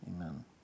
amen